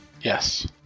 Yes